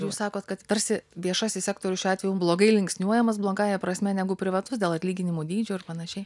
jūs sakot kad tarsi viešasis sektorius šiuo atveju blogai linksniuojamas blogąja prasme negu privatus dėl atlyginimų dydžio ir panašiai